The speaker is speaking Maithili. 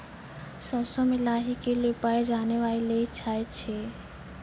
सरसों मे लाही के ली उपाय जाने लैली चाहे छी?